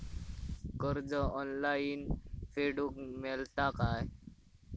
कर्ज ऑनलाइन फेडूक मेलता काय?